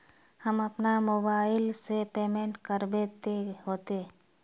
हम अपना मोबाईल से पेमेंट करबे ते होते?